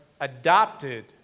adopted